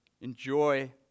Enjoy